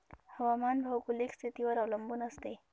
हवामान भौगोलिक स्थितीवर अवलंबून असते